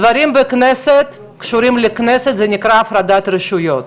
הדברים בכנסת קשורים לכנסת, זה נקרא הפרדת רשויות,